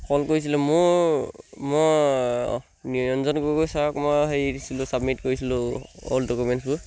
কল কৰিছিলোঁ মোৰ মই নিৰঞ্জন গগৈ ছাৰক মই হেৰি দিছিলোঁ চাবমিট কৰিছিলোঁ অল্ড ডকুমেণ্টছবোৰ